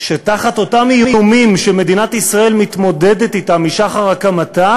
שתחת אותם איומים שמדינת ישראל מתמודדת אתם משחר הקמתה,